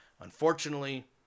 Unfortunately